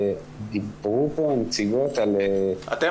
דיברו כאן הנציגות --- אתם